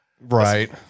Right